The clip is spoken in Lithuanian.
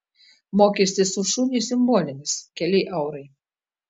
mokestis už šunį simbolinis keli eurai